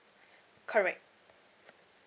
correct